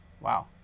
wow